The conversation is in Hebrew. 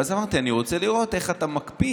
ואז אמרתי: אני רוצה לראות איך אתה מקפיא